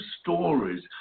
stories